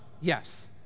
Yes